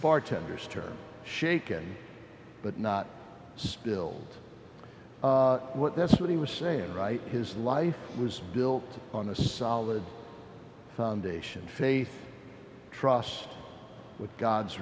bartender's term shaken but not spilled what that's what he was saying right his life was built on a solid foundation faith trust with god's